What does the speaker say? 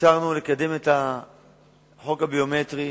ואפשרנו לקדם את החוק הביומטרי,